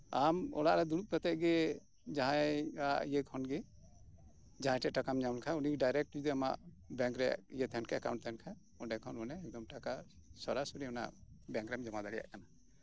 ᱟᱢ ᱚᱲᱟᱜ ᱨᱮ ᱫᱩᱲᱩᱵ ᱠᱟᱛᱮᱜ ᱜᱮ ᱡᱟᱦᱟᱸᱭᱟᱜ ᱤᱭᱟᱹ ᱠᱷᱚᱱ ᱜᱮ ᱡᱟᱦᱟᱸᱭ ᱴᱷᱮᱱ ᱴᱟᱠᱟᱢ ᱧᱟᱢ ᱠᱷᱟᱱ ᱩᱱᱤ ᱰᱟᱭᱨᱮᱠᱴ ᱡᱩᱫᱤ ᱟᱢᱟᱜ ᱵᱮᱝᱠ ᱨᱮᱭᱟᱜ ᱤᱭᱟᱹ ᱛᱟᱦᱮᱸᱱ ᱠᱷᱟᱱ ᱮᱠᱟᱣᱩᱱᱴ ᱛᱟᱦᱮᱸᱱ ᱠᱷᱟᱱ ᱚᱸᱰᱮ ᱠᱷᱚᱱ ᱚᱸᱰᱮ ᱮᱠᱫᱚᱢ ᱴᱟᱠᱟ ᱥᱚᱨᱟᱥᱚᱨᱤ ᱚᱱᱟ ᱵᱮᱝᱠ ᱨᱮᱢ ᱡᱚᱢᱟ ᱫᱟᱲᱮᱭᱟᱜ ᱠᱟᱱᱟ